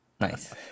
Nice